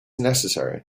necessary